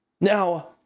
Now